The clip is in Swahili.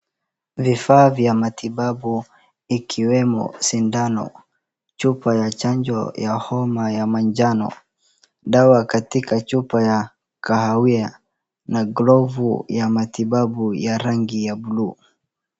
Vifaa vya matibabu ikiwemo sindano, chupa ya chanjo ya homa ya manjano. Dawa katika chupa ya kahawia na glovu ya matibabu ya rangi ya buluu.